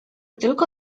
tylko